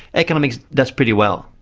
economics does pretty well.